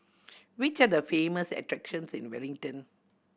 which are the famous attractions in Wellington